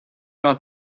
not